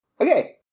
Okay